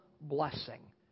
blessing